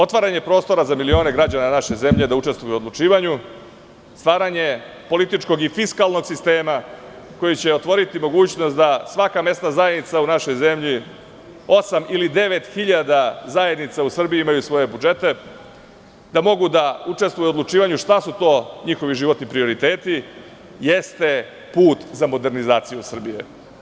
Otvaranje prostora za milione građana naše zemlje da učestvuju o odlučivanju, staranje političkog i fiskalnog sistema koji će otvoriti mogućnost da svaka mesna zajednica u našoj zemlji osam ili devet hiljada zajednica u Srbiji imaju svoje budžete, da mogu da učestvuju u odlučivanju šta su to njihovi životni prioriteti, jeste put za modernizaciju Srbije.